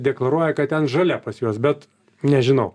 deklaruoja kad ten žalia pas juos bet nežinau